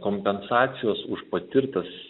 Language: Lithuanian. kompensacijos už patirtas